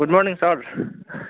good morning sir